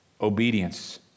Obedience